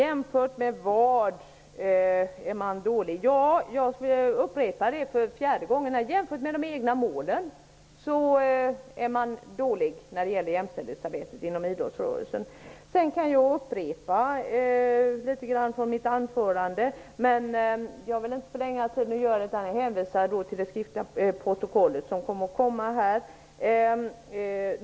Herr talman! Stig Bertilsson frågade om idrotten var sämre än andra. Jag upprepar för fjärde gången att idrottsrörelsens jämställdhetsarbete är dåligt jämfört med dess egna mål. Jag skulle kunna upprepa mer av vad jag sade i mitt anförande, men jag vill inte förlänga debatten. Jag hänvisar till protokollet.